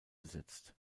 besetzt